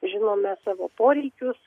žinome savo poreikius